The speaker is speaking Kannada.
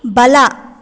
ಬಲ